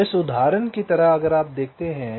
तो इस उदाहरण की तरह अगर आप देखते हैं